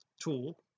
tool